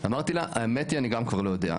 אמרתי לה האמת היא אני גם כבר לא יודע.